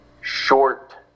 short